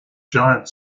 giant